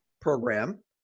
program